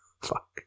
Fuck